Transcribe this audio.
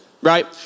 right